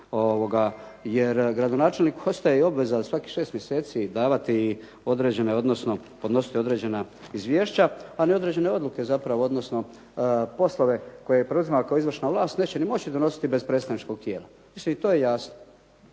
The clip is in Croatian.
Jer gradonačelnik ostaje i obveza svakih 6 mjeseci davati, odnosno podnositi određena izvješća, a ne određene odluke, odnosno poslove koje preuzima izvršna vlast, neće ni moći donositi bez predstavničkog tijela. mislim i to je jasno.